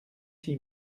six